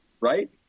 right